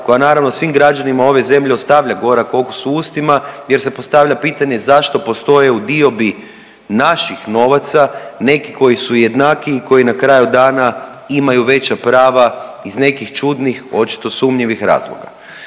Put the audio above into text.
koja naravno svim građanima ove zemlje ostavlja gorak okus u ustima, jer se postavlja pitanje zašto postoje u diobi naših novaca neki koji su jednakiji i koji na kraju dana imaju veća prava iz nekih čudnih očito sumnjivih razloga.